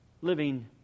living